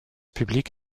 publique